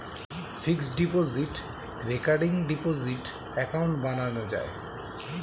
fixed deposit, recurring deposit account বানানো যায়